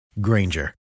Granger